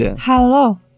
Hello